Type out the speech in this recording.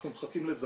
אנחנו מחכים לזכאות.